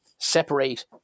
separate